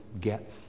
get